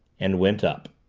and went up.